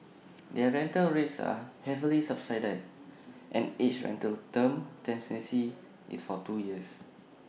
their rental rates are heavily subsidised and each rental term tenancy is for two years